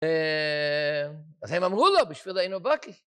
אה... אז הם אמרו לו, בשביל היינו בקי.